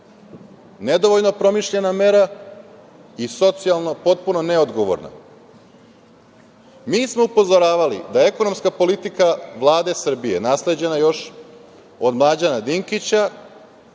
Nedovoljno promišljena mera i socijalno potpuno neodgovorna. Mi smo upozoravali da je ekonomska politika Vlade Srbije nasleđena još od Mlađana Dinkića,